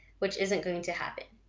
which isn't going to happen,